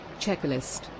Checklist